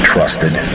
Trusted